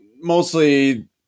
mostly